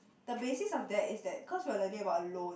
the basis of that is that cause we are learning about loan